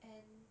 and